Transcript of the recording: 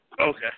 Okay